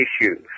issues